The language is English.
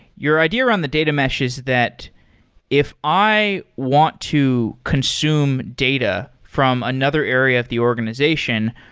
your idea around the data mesh is that if i want to consume data from another area of the organization,